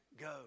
go